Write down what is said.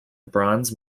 bronze